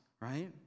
Right